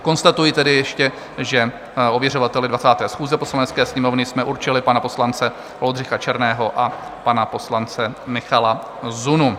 Konstatuji tedy ještě, že ověřovateli 20. schůze Poslanecké sněmovny jsme určili pana poslance Oldřicha Černého a pana poslance Michala Zunu.